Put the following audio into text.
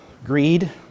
Greed